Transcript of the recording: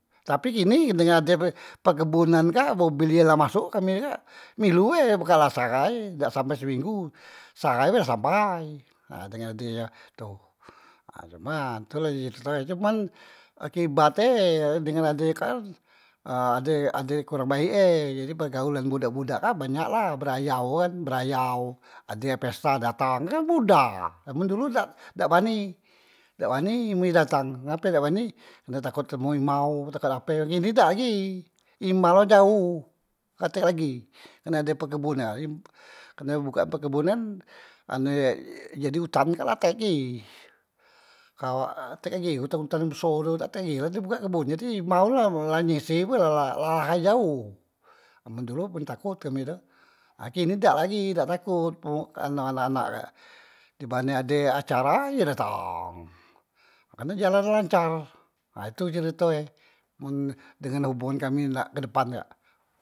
Tapi kini kerne ade perkebunan kak mobil ye la masuk, kami kak milu be bekalasa ae dak sampe seminggu, seahai be la sampai, nah dengan ade e tu, nah cuman tu la ye je nah cuman akibat e dengan ade kan, ade, ade kurang baek e jadi pergaulan budak- budak kak banyak la barayao kan, barayao ade pesta datang kan mudah, man dulu dak, dak bani, dak bani men ye datang ngape dak bani, karne takot betemu imau betemu ape, men kini dak lagi, imau la jaoh, katek lagi, karne la ade perkebunan, karne bukaan perkebunan anu ye jadi utan kak la dak tek gi, kawa e utan- utan yang beso tu la tek gi, la di buka kebon jadi imau la nyese pulo la lahai jaoh, amen dulu man takot kami tu, kini la dak lagi dak takot anak- anak kak dimane ade acara ye datang, karne jalan la lancar ha tu cerito e mun dengan hubungan kami nak ke depan kak.